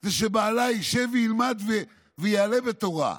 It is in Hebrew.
זה שבעלה ישב ילמד ויעלה בתורה,